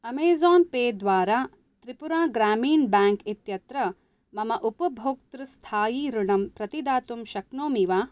Amazon pay द्वारा Tripura Gramin bank इत्यत्र मम उपभोक्तृ स्थायि ऋणम् प्रतिदातुं शक्नोमि वा